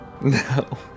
no